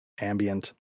ambient